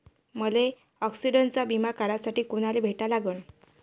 मले ॲक्सिडंटचा बिमा काढासाठी कुनाले भेटा लागन?